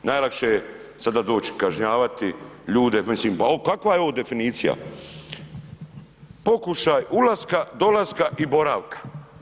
Najlakše je sada doći i kažnjavati ljude, mislim pa kakva je ovo definicija, pokušaj ulaska, dolaska i boravaka.